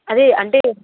అదే అంటే